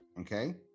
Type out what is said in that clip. okay